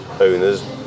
owners